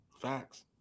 Facts